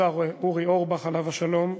השר אורי אורבך, עליו השלום,